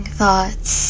thoughts